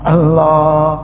Allah